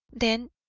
then,